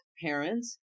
parents